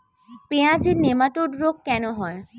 পেঁয়াজের নেমাটোড রোগ কেন হয়?